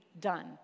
done